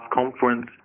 conference